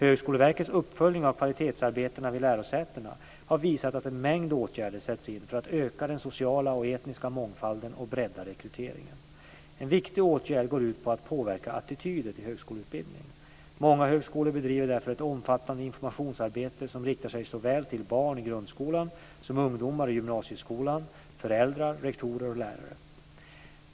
Högskoleverkets uppföljning av kvalitetsarbetet vid lärosätena har visat att en mängd åtgärder sätts in för att öka den sociala och etniska mångfalden och bredda rekryteringen. En viktig åtgärd går ut på att påverka attityder till högskoleutbildning. Många högskolor bedriver därför ett omfattande informationsarbete som riktar sig såväl till barn i grundskolan som ungdomar i gymnasieskolan, föräldrar, rektorer och lärare.